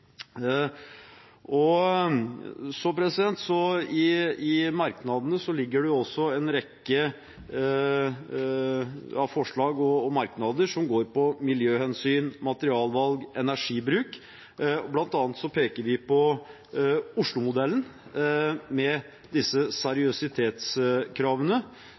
en rekke forslag og merknader som går på miljøhensyn, materialvalg og energibruk. Blant annet peker vi på Oslo-modellen med disse seriøsitetskravene,